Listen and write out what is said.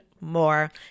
more